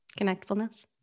Connectfulness